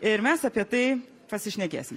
ir mes apie tai pasišnekėsim